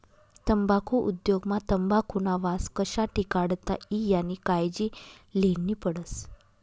तम्बाखु उद्योग मा तंबाखुना वास कशा टिकाडता ई यानी कायजी लेन्ही पडस